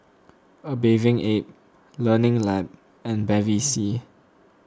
A Bathing Ape Learning Lab and Bevy C